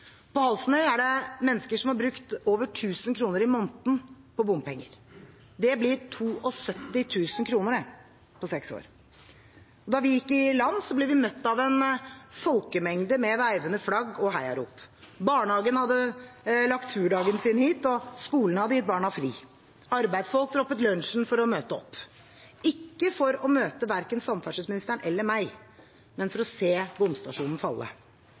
På Halsnøya er det mennesker som har brukt over 1 000 kr i måneden på bompenger. Det blir 72 000 kr, det, på seks år. Da vi gikk i land, ble vi møtt av en folkemengde med veivende flagg og heiarop. Barnehagen hadde lagt turdagen sin hit, og skolene hadde gitt barna fri. Arbeidsfolk droppet lunsjen for å møte opp – verken for å møte samferdselsministeren eller meg, men for å se bomstasjonen falle.